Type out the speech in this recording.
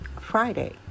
Friday